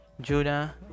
juna